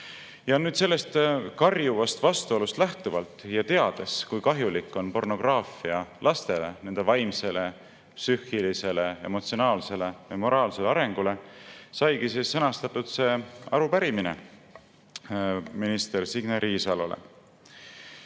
all." Sellest karjuvast vastuolust lähtuvalt ja teades, kui kahjulik on pornograafia lastele, nende vaimsele, psüühilisele, emotsionaalsele ja moraalsele arengule, saigi sõnastatud see arupärimine minister Signe Riisalole.